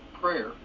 prayer